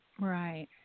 Right